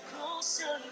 Closer